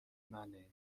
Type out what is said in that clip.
منه